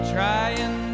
Trying